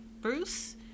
Bruce